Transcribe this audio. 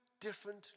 different